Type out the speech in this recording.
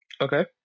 Okay